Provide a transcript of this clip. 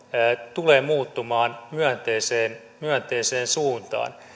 tulevat muuttumaan myönteiseen myönteiseen suuntaan